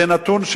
זה נתון,